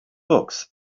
books